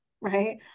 right